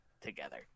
together